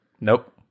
Nope